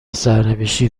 سرنوشتی